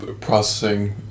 processing